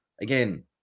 again